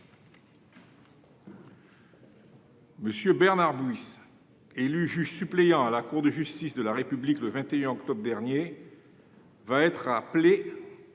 M. Bernard Buis, élu juge suppléant à la Cour de justice de la République le 21 octobre dernier, va être appelé